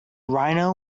rhino